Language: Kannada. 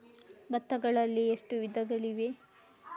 ಭತ್ತಗಳಲ್ಲಿ ಎಷ್ಟು ವಿಧಗಳಿವೆ?